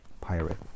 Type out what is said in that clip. Pirate